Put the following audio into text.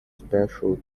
special